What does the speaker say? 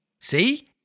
See